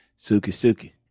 Suki-suki